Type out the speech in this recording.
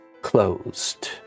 Closed